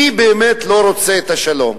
מי באמת לא רוצה את השלום?